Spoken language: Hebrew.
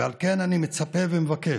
ועל כן אני מצפה ומבקש,